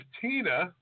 Tina